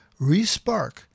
ReSpark